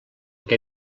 que